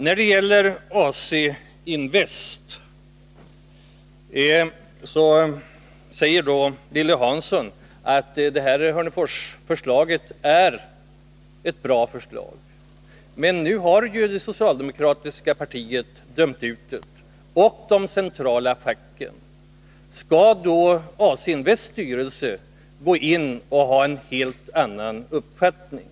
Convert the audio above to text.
När det gäller kravet på att AC-Invest skall gå in säger Lilly Hansson att Hörneforsförslaget är ett bra förslag. Men det socialdemokratiska partiet och de centrala facken har ju dömt ut det. Skulle AC-Invests styrelse i den frågan ha en helt annan uppfattning?